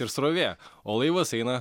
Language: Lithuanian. ir srovė o laivas eina